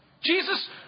Jesus